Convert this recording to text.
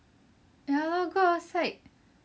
ya lor go outside